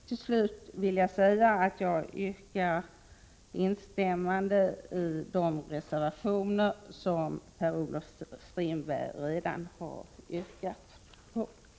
Till slut yrkar jag bifall till de reservationer som Per-Olof Strindberg redan har yrkat bifall till.